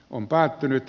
on päättynyt